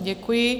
Děkuji.